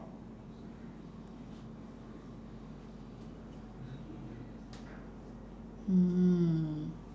mm